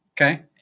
Okay